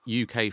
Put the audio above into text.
UK